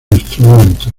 instrumento